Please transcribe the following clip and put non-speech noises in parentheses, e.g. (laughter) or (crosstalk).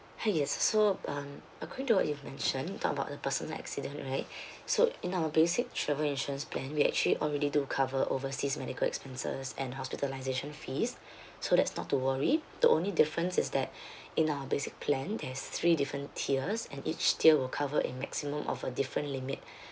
ha yes so um according to what you've mentioned about the personal accident right (breath) so in our basic travel insurance plan we actually already do cover overseas medical expenses and hospitalization fees (breath) so that's not to worry the only difference is that (breath) in our basic plan there's three different tiers and each tier will cover a maximum of a different limit